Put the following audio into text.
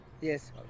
Yes